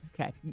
Okay